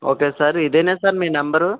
okay sir ఇదేనా sir మీ number